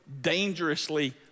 dangerously